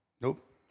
nope